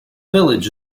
village